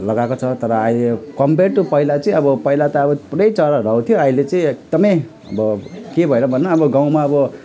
लगाएको छ तर अहिले कम्पेरेड टु पहिला चाहिँ अब पहिला त अब पुरै चराहरू आउँथ्यो अहिले चाहिँ एकदमै अब के भएर भन्नु अब गाउँमा अब